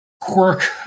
quirk